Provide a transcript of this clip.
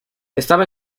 estaba